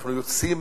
אנחנו יוצאים